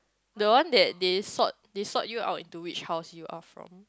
the one that they sort they sort you out into which house you are from